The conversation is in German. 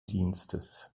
dienstes